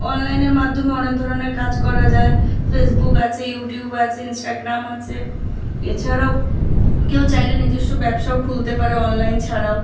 অনলাইনের মাধ্যমে অনেক ধরনের কাজ করা যায় ফেসবুক আছে ইউটিউব আছে ইনস্টাগ্রাম আছে এছাড়াও কেউ চাইলে নিজেস্ব ব্যবসাও খুলতে পারে অনলাইন ছাড়াও